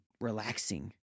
relaxing